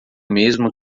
mesmo